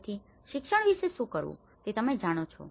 તેથી શિક્ષણ વિશે શું કરવું જોઈએ તે તમે જાણો છો